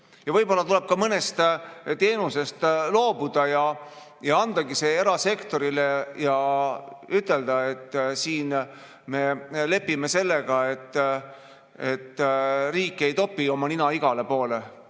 Võib-olla tuleb mõnest teenusest ka loobuda, anda see üle erasektorile ja ütelda, et me lepime sellega, et riik ei topi oma nina igale poole,